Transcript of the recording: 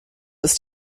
ist